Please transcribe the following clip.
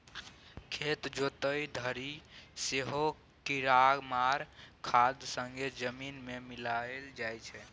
खेत जोतय घरी सेहो कीरामार खाद संगे जमीन मे मिलाएल जाइ छै